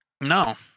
No